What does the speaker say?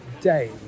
day